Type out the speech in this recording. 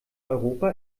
europa